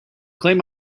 claim